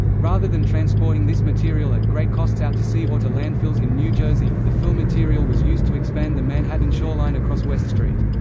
rather than transporting this material at great costs out to sea or to landfills in new jersey, the fill material was used to expand the manhattan shoreline across west street.